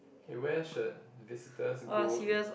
okay where should visitors go in